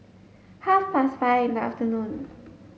half past five in the afternoon